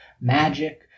magic